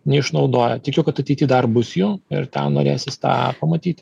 neišnaudoja tikiu kad ateity dar bus jų ir tą norėsis tą pamatyti